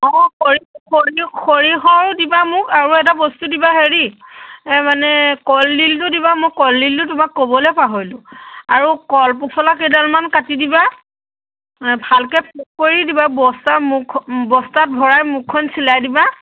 অঁ সৰি সৰি সৰিয়ঁহো দিবা মোক আৰু এটা বস্তু দিবা হেৰি এই মানে কলডিলটো দিবা মোক কলডিলটো তোমাক ক'বলৈ পাহৰিলোঁ আৰু কল পচলা কেইডালমান কাটি দিবা ভালকৈ পোক কৰি দিবা বস্তাৰ মুখ বস্তাত ভৰাই মুখখন চিলাই দিবা